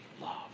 love